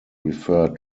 referred